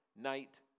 night